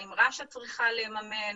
האם רש"א צריכה לממן?